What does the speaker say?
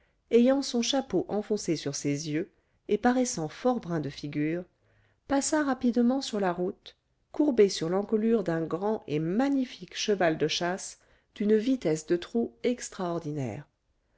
ayant son chapeau enfoncé sur ses yeux et paraissant fort brun de figure passa rapidement sur la route courbé sur l'encolure d'un grand et magnifique cheval de chasse d'une vitesse de trot extraordinaire